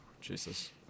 Jesus